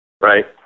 right